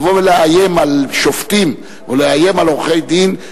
לבוא ולאיים על שופטים או לאיים על עורכי-דין,